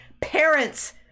Parents